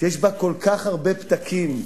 שיש בהם כל כך הרבה פתקים,